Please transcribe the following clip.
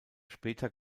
später